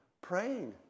Praying